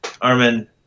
Armin